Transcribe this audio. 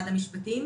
משרד המשפטים.